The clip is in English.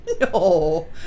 no